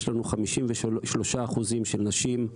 יש לנו 53% של נשים,